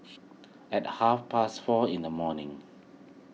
at half past four in the morning